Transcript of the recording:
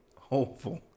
hopeful